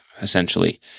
essentially